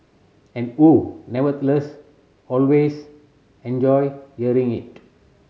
and who nevertheless always enjoy hearing it